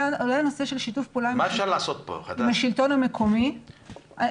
עולה הנושא של שיתוף פעולה עם השלטון המקומי --- מה אפשר לעשות פה?